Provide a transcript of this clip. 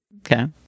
Okay